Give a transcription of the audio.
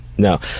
No